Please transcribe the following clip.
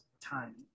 time